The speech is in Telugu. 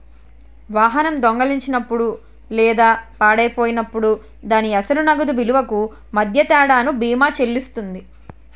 వాహనం దొంగిలించబడినప్పుడు లేదా పాడైపోయినప్పుడు దాని అసలు నగదు విలువకు మధ్య తేడాను బీమా చెల్లిస్తుంది